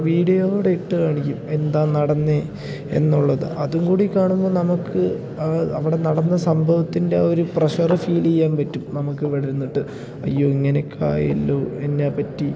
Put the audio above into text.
വീഡിയോയിലൂടെ ഇട്ട് കാണിക്കും എന്താ നടന്നത് എന്നുള്ളത് അതും കൂടി കാണുമ്പോൾ നമുക്ക് അത് അവിടെ നടന്ന സംഭവത്തിൻ്റെ ഒരു പ്രഷർ ഫീൽ ചെയ്യാൻ പറ്റും നമുക്കിവിടെ വന്നിട്ട് അയ്യോ ഇങ്ങനെയൊക്കെയായല്ലോ എന്നാ പറ്റി